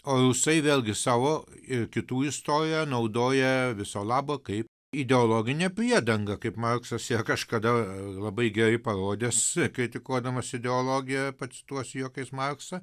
o rusai vėlgi savo ir kitų istoriją naudoja viso labo kaip ideologinę priedangą kaip marksas ją kažkada labai gerai parodęs kritikuodamas ideologiją pacituosiu juokais marksą